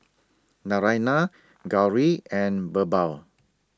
Naraina Gauri and Birbal